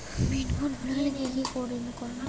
Pin code ভুলে গেলে কি কি করনিয়?